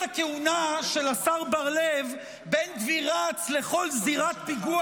זה מה שהיה לשר לכישלון לאומי לומר לבן דודה של כרמל גת החטופה.